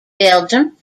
belgium